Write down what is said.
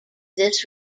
this